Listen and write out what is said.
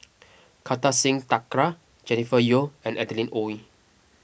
Kartar Singh Thakral Jennifer Yeo and Adeline Ooi